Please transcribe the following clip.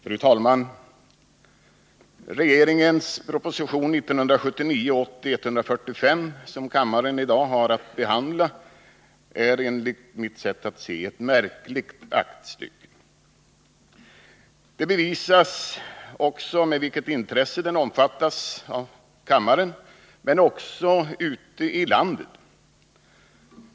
Fru talman! Regeringens proposition 1979/80:145, som kammaren i dag har att behandla, är enligt mitt sätt att se ett märkligt aktstycke. Det bevisas också av det intresse med vilket den omfattas här i kammaren och även ute i landet.